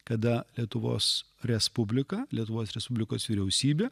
kada lietuvos respublika lietuvos respublikos vyriausybė